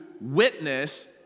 witness